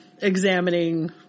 examining